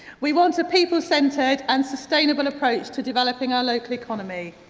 we want a people centred and sustainable approach to developing our local economy,